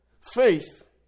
faith